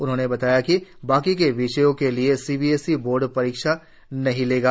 उन्होंने बताया कि बाकी के विषयों के लिए सीबीएसई बोर्ड परीक्षाएं नहीं लेगा